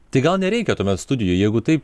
tai gal nereikia tuomet studijų jeigu taip